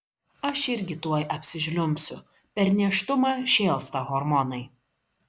aš irgi tuoj apsižliumbsiu per nėštumą šėlsta hormonai